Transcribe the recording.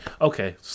Okay